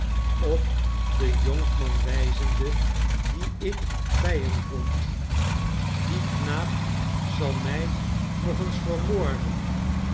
op den jonkman wijzende dien ik bij hem vond die knaap zal mij nog eens vermoorden